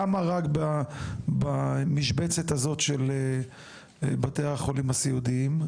למה רק במשבצת הסודות של המוסדות הסיעודיים?